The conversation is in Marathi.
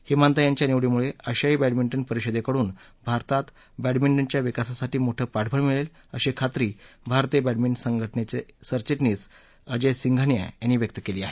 हिमंता यांच्या निवडीमुळे आशियाई बॅडमिंटन परिषदेकडून भारतात बॅडमिंटनच्या विकासासाठी मोठं पाठबळ मिळेल अशी खात्री भारतीय बॅडमिंटन संघटनेचे सरचिटणीस अजय सिंघानिया यांनी व्यक्त केली आहे